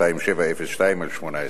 פ/2702/18.